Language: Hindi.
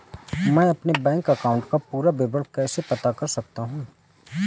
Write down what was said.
मैं अपने बैंक अकाउंट का पूरा विवरण कैसे पता कर सकता हूँ?